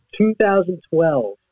2012